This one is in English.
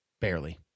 barely